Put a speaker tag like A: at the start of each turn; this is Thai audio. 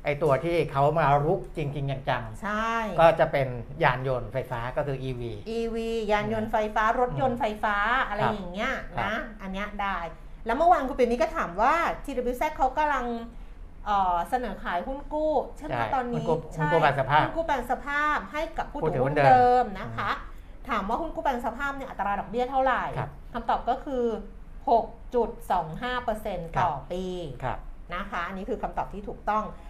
A: ไอ้ตัวที่เขามารุกจริงๆจังๆ
B: ใช่
A: ก็จะเป็นยานยนต์ไฟฟ้าก็คือ EV
B: EV ยานยนต์ไฟฟ้ารถยนต์ไฟฟ้าอะไร
A: ครับ
B: อย่างเงี้ยนะ
A: ครับ
B: อันเนี้ยได้แล้ว เมื่อวานคุณปิยมิตรก็ถามว่า TWZ เขากำลัง เอ่อ เสนอขายหุ้นกู้ใช่ไหมคะตอนนี้
A: ใช่ หุ้นกู้- หุ้นกู้แปลงสภาพ
B: ใช่ หุ้นกู้แปลงสภาพให้กับผู้ถือ
A: ผู้ถือหุ้นเดิม
B: หุ้นเดิมนะคะ
A: อืม
B: ถามว่าหุ้นกู้แปลงสภาพเนี่ยอัตราดอกเบี้ยเท่าไหร่
A: ครับ
B: คำตอบก็คือ 6.25%
A: ครับ
B: ต่อปี
A: ครับ
B: นะคะ อันนี้คือคำตอบที่ถูกต้อง